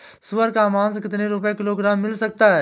सुअर का मांस कितनी रुपय किलोग्राम मिल सकता है?